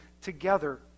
together